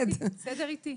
סדר אתי.